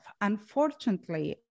Unfortunately